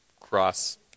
cross